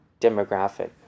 demographic